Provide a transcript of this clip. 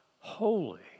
holy